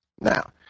Now